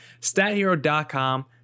Stathero.com